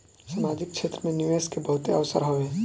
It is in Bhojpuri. सामाजिक क्षेत्र में निवेश के बहुते अवसर हवे